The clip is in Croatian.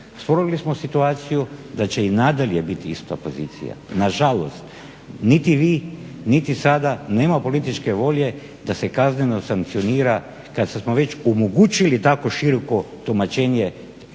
stvorili smo situaciju da će i nadalje biti ista pozicija. Nažalost, niti vi niti sada nema političke volje da se kazneno sankcionira kad smo već omogućili tako široko tumačenje